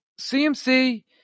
CMC